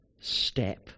step